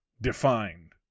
defined